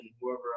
whoever